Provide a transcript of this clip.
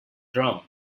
drum